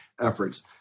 efforts